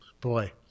Boy